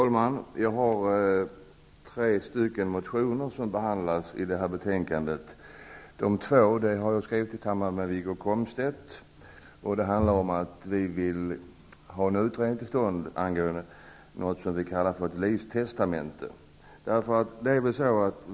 Herr talman! Tre motioner som jag har väckt behandlas i detta betänkande. Två av dem har jag skrivit tillsammans med Wiggo Komstedt, och de handlar om att vi vill få en utredning till stånd angående något som vi kallar för ett livstestamente.